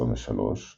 2023